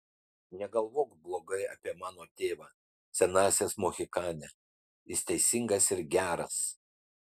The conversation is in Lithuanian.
negalvok blogai apie mano tėvą senasis mohikane jis teisingas ir geras